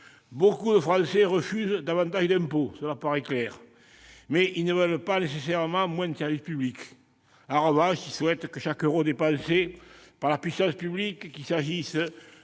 Beaucoup de Français refusent davantage d'impôts, cela paraît clair. Mais ils ne veulent pas nécessairement moins de services publics. En revanche, ils souhaitent que chaque euro dépensé par la puissance publique, qu'il s'agisse